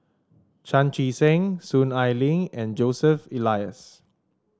Chan Chee Seng Soon Ai Ling and Joseph Elias